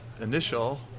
initial